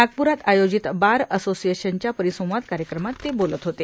नागपुरात आयोजित वार असोसिएशनच्या परिसंवाद कार्यक्रमात ते बोलत होते